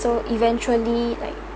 so eventually like